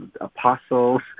apostles